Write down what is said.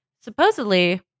Supposedly